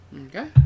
Okay